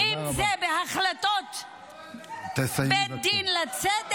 איך אפשר לשבת ולשמוע את